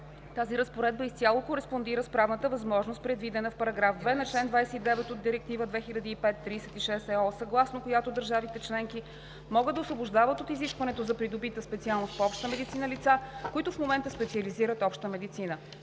Тази разпоредба изцяло кореспондира с правната възможност, предвидена в § 2 на чл. 29 от Директива 2005/36/ЕО, съгласно която държавите членки могат да освобождават от изискването за придобита специалност по обща медицина лица, които в момента специализират „Обща медицина“.